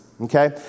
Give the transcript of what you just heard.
okay